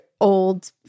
old